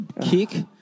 kick